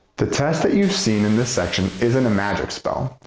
the test that you've seen in this section isn't a magic spell.